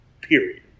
period